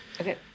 Okay